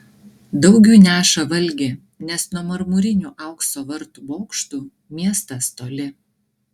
daugiui neša valgį nes nuo marmurinių aukso vartų bokštų miestas toli